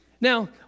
Now